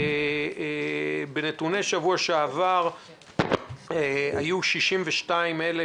ובנתוני השבוע שעבר היו 62,000